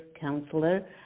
counselor